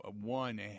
one